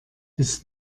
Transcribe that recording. ist